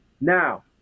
Now